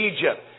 Egypt